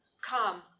come